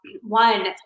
one